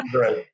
Right